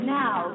now